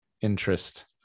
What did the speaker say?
interest